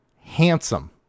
Handsome